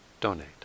donate